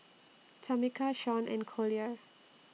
Tamica Shaun and Collier